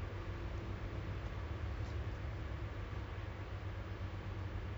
ya that and ya the weather is just hot cold hot cold !alamak!